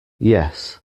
yes